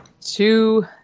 Two